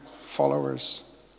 followers